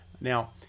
now